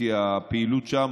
כי הפעילות שם